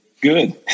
good